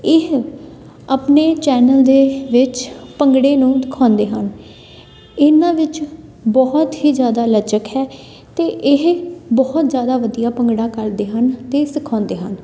ਇਹ ਆਪਣੇ ਚੈਨਲ ਦੇ ਵਿੱਚ ਭੰਗੜੇ ਨੂੰ ਦਿਖਾਉਂਦੇ ਹਨ ਇਹਨਾਂ ਵਿੱਚ ਬਹੁਤ ਹੀ ਜ਼ਿਆਦਾ ਲਚਕ ਹੈ ਅਤੇ ਇਹ ਬਹੁਤ ਜ਼ਿਆਦਾ ਵਧੀਆ ਭੰਗੜਾ ਕਰਦੇ ਹਨ ਅਤੇ ਸਿਖਾਉਂਦੇ ਹਨ